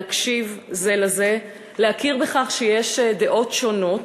להקשיב זה לזה, להכיר בכך שיש דעות שונות,